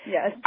Yes